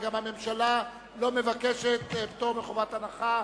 וגם הממשלה לא מבקשת פטור מחובת הנחה.